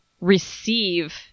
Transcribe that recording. receive